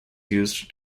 used